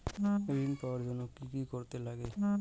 ঋণ পাওয়ার জন্য কি কি করতে লাগে?